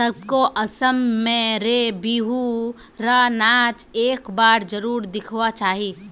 सबको असम में र बिहु र नाच एक बार जरुर दिखवा चाहि